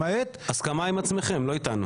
הסכמה עם עצמכם, לא איתנו.